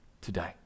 today